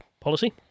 policy